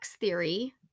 theory